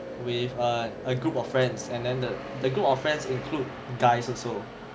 with a group of friends and then the group of friends include guys also